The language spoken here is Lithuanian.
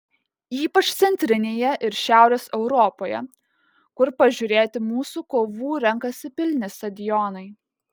ypač centrinėje ir šiaurės europoje kur pažiūrėti mūsų kovų renkasi pilni stadionai